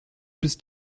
bist